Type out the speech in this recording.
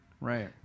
Right